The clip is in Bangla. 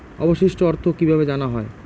অবশিষ্ট অর্থ কিভাবে জানা হয়?